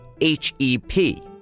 H-E-P